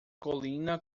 colina